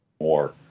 more